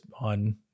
on